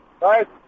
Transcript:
right